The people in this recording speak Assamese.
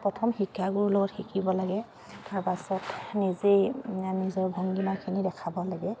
প্ৰথম শিক্ষাগুৰু লগত শিকিব লাগে তাৰপাছত নিজেই নিজৰ ভংগীমাখিনি দেখাব লাগে